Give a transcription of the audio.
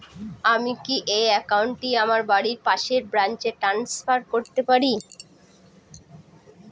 আমি কি এই একাউন্ট টি আমার বাড়ির পাশের ব্রাঞ্চে ট্রান্সফার করতে পারি?